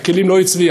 הכלים לא אצלי,